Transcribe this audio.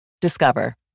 Discover